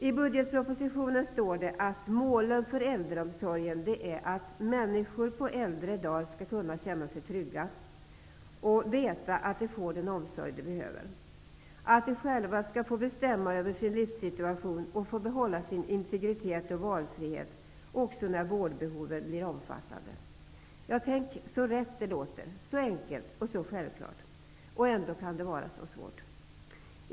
I budgetpropositionen står att målet för äldreomsorgen är att människor på äldre dagar skall kunna känna sig trygga och veta att de får den omsorg de behöver. De skall själva få bestämma över sin livssituation och få behålla sin integritet och sin valfrihet också när vårdbehovet blir omfattande. Tänk så rätt det låter! Så enkelt och självklart, och ändå kan det vara så svårt.